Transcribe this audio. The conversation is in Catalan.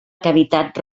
cavitat